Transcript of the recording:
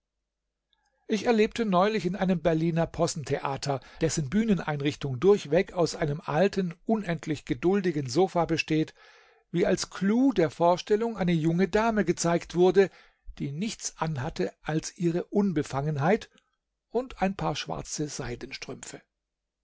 ich erlebte neulich in einem berliner possentheater dessen bühneneinrichtung durchweg aus einem alten unendlich geduldigen sofa besteht wie als clou der vorstellung eine junge dame gezeigt wurde die nichts an hatte als ihre unbefangenheit und ein paar schwarze seidenstrümpfe